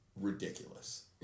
ridiculous